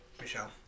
Michelle